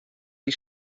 die